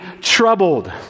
troubled